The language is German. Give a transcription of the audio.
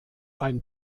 ein